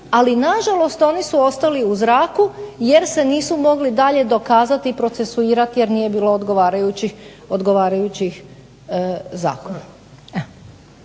Ali na žalost oni su ostali u zraku jer se nisu mogli dalje dokazati i procesuirati jer nije bilo odgovarajućih zakona.